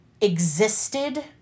existed